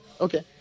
Okay